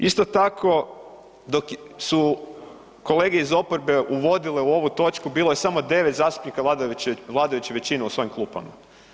Isto tako dok su kolege iz oporbe uvodile u ovu točku bilo je samo devet zastupnika vladajuće većine u svojim klupama.